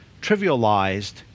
trivialized